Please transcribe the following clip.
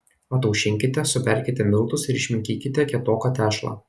ataušinkite suberkite miltus ir išminkykite kietoką tešlą